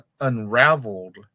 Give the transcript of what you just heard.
unraveled